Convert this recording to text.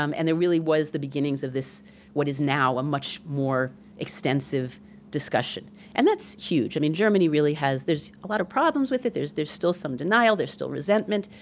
um and there really was the beginnings of this what is now a much more extensive discussion. and that's huge. i mean germany really has, there's a lot of problems with it, there's there's still some denial, there's still resentment.